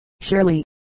surely